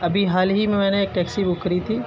ابھی حال ہی میں میں نے ایک ٹیکسی بک کری تھی